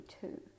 two